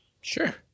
Sure